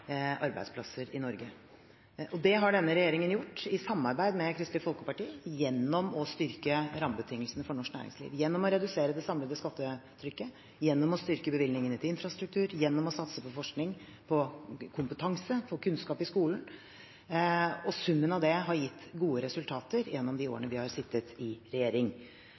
arbeidsplasser i Norge. Det har denne regjeringen gjort, i samarbeid med Kristelig Folkeparti, gjennom å styrke rammebetingelsene for norsk næringsliv, gjennom å redusere det samlede skattetrykket, gjennom å styrke bevilgningene til infrastruktur, gjennom å satse på forskning, kompetanse og kunnskap i skolen. Summen av det har gitt gode resultater gjennom de årene vi har sittet i regjering.